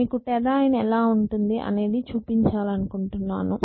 మీకు టెర్రాయిన్ ఎలా ఉంటుంది అనేది చుపించాలనుకుంటున్నాను